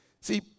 See